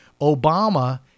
Obama